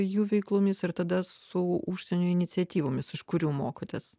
jų veiklomis ir tada su užsienio iniciatyvomis iš kurių mokotės